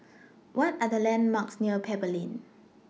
What Are The landmarks near Pebble Lane